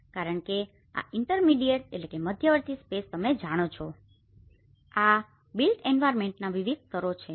કારણ કે આ ઇન્ટરમીડીએટintermediateમધ્યવર્તી સ્પેસ તમે જાણો છો આ બિલ્ટ એન્વાયરમેન્ટના વિવિધ સ્તરો છે